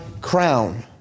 crown